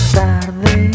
tarde